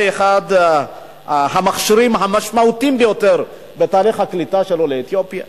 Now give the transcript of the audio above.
אחד המכשירים המשמעותיים ביותר בתהליך הקליטה של עולי אתיופיה.